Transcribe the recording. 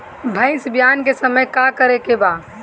भैंस ब्यान के समय का करेके बा?